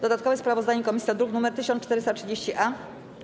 Dodatkowe sprawozdanie komisji to druk nr 1430-A.